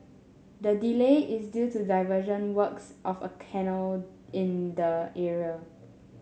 the delay is due to diversion works of a canal in the area